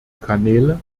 kanäle